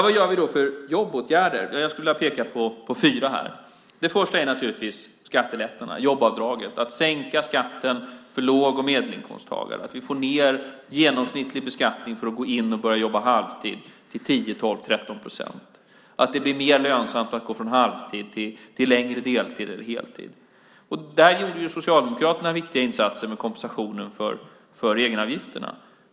Vad gör vi för jobbåtgärder? Jag skulle vilja peka på fyra saker. Det första är skattelättnaderna, jobbavdraget, att sänka skatten för låg och medelinkomsttagare, att få ned genomsnittlig beskattning för att gå in och jobba halvtid till 10-13 procent och att göra det mer lönsamt att gå från halvtid till längre deltid eller heltid. Där gjorde Socialdemokraterna viktiga insatser med kompensationen för egenavgifterna.